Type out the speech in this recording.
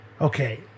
okay